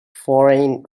foreign